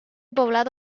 poblado